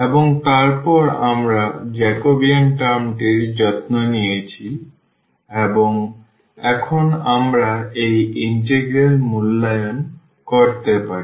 এবং তারপর আমরা জ্যাকোবিয়ান টার্মটির যত্ন নিয়েছি এবং এখন আমরা এই ইন্টিগ্রাল মূল্যায়ন করতে পারি